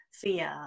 fear